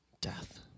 death